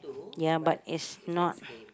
ya but is not